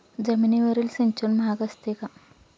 जमिनीवरील सिंचन महाग असते का?